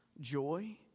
joy